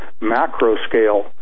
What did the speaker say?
macro-scale